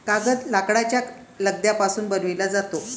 कागद लाकडाच्या लगद्यापासून बनविला जातो